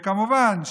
וכמובן,